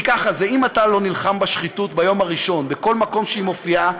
כי ככה זה: אם אתה לא נלחם בשחיתות ביום הראשון בכל מקום שהיא מופיעה,